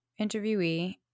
interviewee